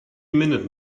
minute